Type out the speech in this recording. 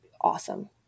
awesome